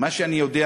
" מה שאני יודע,